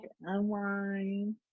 unwind